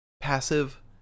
passive